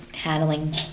handling